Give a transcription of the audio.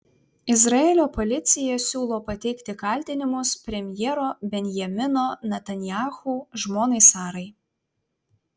izraelio policija siūlo pateikti kaltinimus premjero benjamino netanyahu žmonai sarai